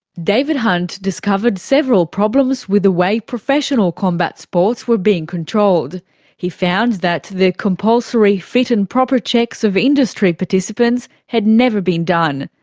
david hunt discovered several problems with the way professional combat sports were being controlled he found that the compulsory fit and proper checks of industry participants had never been done.